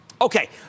Okay